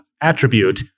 attribute